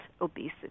obesity